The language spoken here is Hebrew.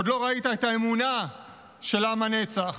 עוד לא ראית את האמונה של עם הנצח.